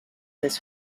this